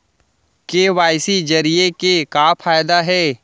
KYC जरिए के का फायदा हे?